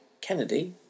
Kennedy